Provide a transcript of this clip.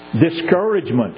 discouragement